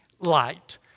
light